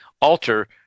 alter